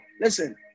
Listen